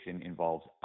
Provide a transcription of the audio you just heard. involves